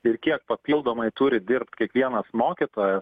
ir kiek papildomai turi dirbt kiekvienas mokytojas